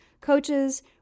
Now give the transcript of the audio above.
coaches